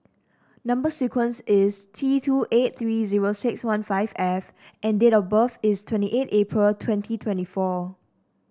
number sequence is T two eight three zero six one five F and date of birth is twenty eight April twenty twenty four